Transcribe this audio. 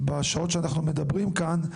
בשעות שאנחנו מדברים כאן,